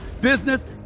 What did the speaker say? business